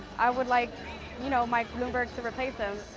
i would like you know michael bloomberg to replace him.